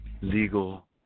legal